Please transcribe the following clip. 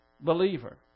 believer